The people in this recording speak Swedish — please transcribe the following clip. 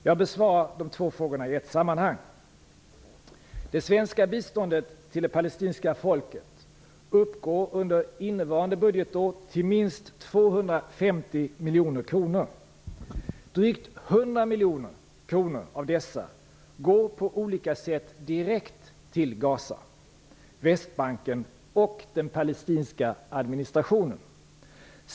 Jag besvarar de två frågorna i ett sammanhang. Det svenska biståndet till det palestinska folket uppgår under innevarande budgetår till minst 250 miljoner kronor. Drygt 100 miljoner av dessa går på olika sätt direkt till Gaza, Västbanken och den palestinska administrationen.